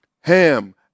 Ham